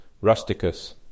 Rusticus